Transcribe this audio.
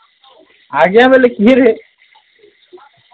ଆଜ୍ଞା ବୋଲେ କିଏ ସେ